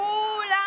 כולם?